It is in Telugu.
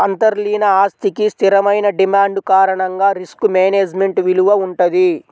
అంతర్లీన ఆస్తికి స్థిరమైన డిమాండ్ కారణంగా రిస్క్ మేనేజ్మెంట్ విలువ వుంటది